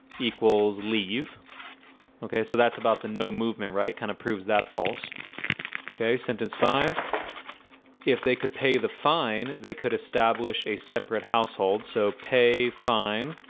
equals leave okay, so that's about the no movement. right kind of proves that false ok sentence five if they could pay the fine, they could establish a separate household. so pay fine